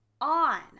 on